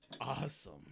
awesome